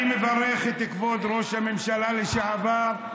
אני מברך את כבוד ראש הממשלה לשעבר על